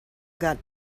got